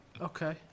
Okay